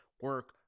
Work